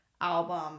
album